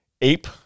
ape